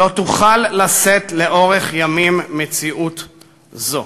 לא תוכל לשאת לאורך ימים מציאות כזאת".